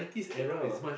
yeah